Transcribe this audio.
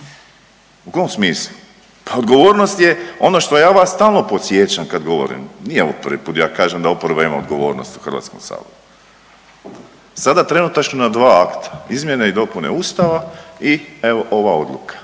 U kom smislu? Pa odgovornost je ono što ja vas stalno podsjećam kad govorim. Nije ovo prvi put da kažem da oporba ima odgovornost u Hrvatskom saboru. Sada trenutačno na dva akta izmjene i dopune Ustava i evo ova odluka.